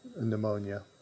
pneumonia